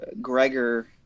Gregor